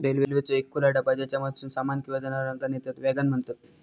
रेल्वेचो एक खुला डबा ज्येच्यामधसून सामान किंवा जनावरांका नेतत वॅगन म्हणतत